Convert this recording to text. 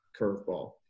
curveball